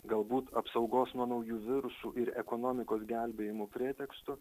galbūt apsaugos nuo naujų virusų ir ekonomikos gelbėjimo pretekstų